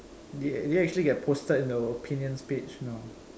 did it did it actually get posted in the opinions page no